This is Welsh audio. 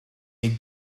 neu